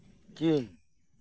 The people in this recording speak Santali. ᱪᱤᱱ